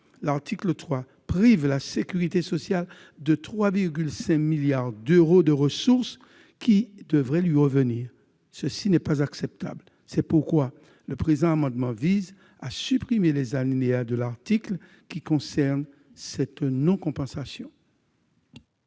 l'article 3 prive la sécurité sociale de 3,5 milliards d'euros de ressources qui devraient lui revenir, ce qui n'est pas acceptable. C'est pourquoi le présent amendement vise à supprimer les alinéas de l'article relatifs à cette non-compensation.